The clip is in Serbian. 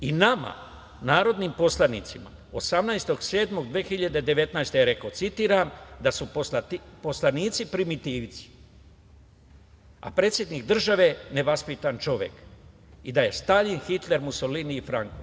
I nama, narodnim poslanicima, 18.7.2019. godine je rekao, citiram – da su poslanici primitivci, a predsednik države nevaspitan čovek i da je Staljin, Hitler, Musolini i Franko.